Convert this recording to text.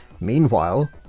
Meanwhile